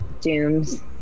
dooms